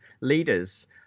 leaders